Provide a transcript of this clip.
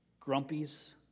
grumpies